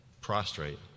prostrate